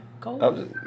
Go